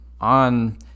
on